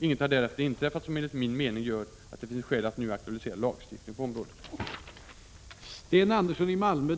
Inget har därefter inträffat som enligt min mening gör att det finns skäl att nu aktualisera lagstiftning på området.